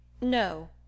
No